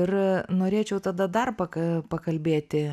ir norėčiau tada dar paka pakalbėti